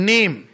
Name